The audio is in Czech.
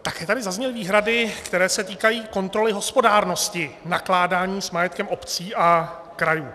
Také tady zazněly výhrady, které se týkají kontroly hospodárnosti nakládání s majetkem obcí a krajů.